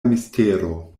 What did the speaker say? mistero